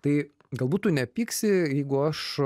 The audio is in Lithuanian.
tai galbūt tu nepyksi jeigu aš